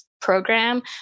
program